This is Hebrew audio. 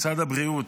משרד הבריאות